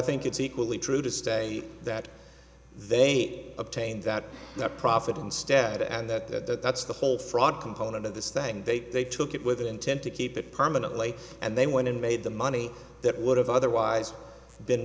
think it's equally true to say that they obtained that the profit instead and that that's the whole fraud component of this thing they they took it with the intent to keep it permanently and they went and made the money that would have otherwise been